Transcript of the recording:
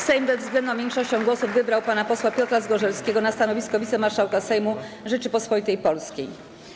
Sejm bezwzględną większością głosów wybrał pana posła Piotra Zgorzelskiego na stanowisko wicemarszałka Sejmu Rzeczypospolitej Polskiej.